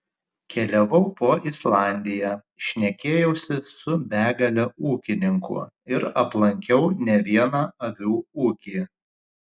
keliavau po islandiją šnekėjausi su begale ūkininkų ir aplankiau ne vieną avių ūkį